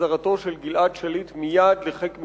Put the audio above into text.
החזרתו של גלעד שליט מייד לחיק משפחתו.